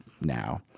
now